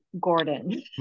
Gordon